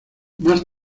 más